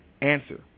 answer